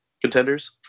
contenders